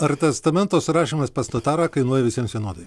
ar testamento surašymas pas notarą kainuoja visiems vienodai